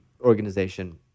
organization